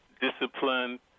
discipline